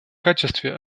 качестве